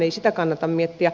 ei sitä kannata miettiä